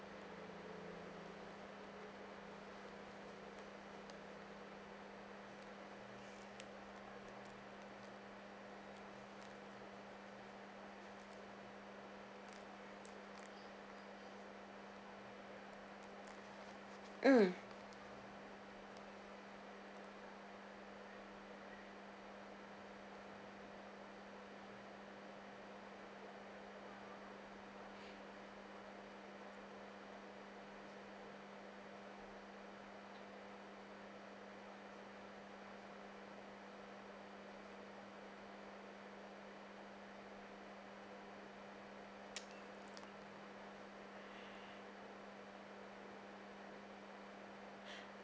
mm